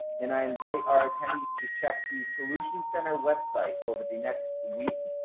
and i invite our attendees to check the solutions center website over the next week.